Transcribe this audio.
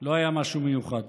לא היה משהו מיוחד.